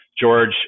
George